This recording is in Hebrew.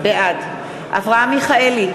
בעד אברהם מיכאלי,